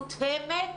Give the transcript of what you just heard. מותאמת,